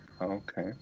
Okay